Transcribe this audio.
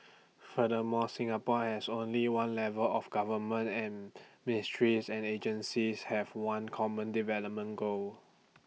furthermore Singapore has only one level of government and ministries and agencies have one common development goal